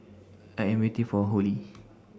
I Am waiting For Hollie